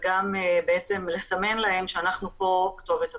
וגם בעצם לסמן להם שאנחנו פה הכתובת עבורם.